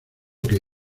que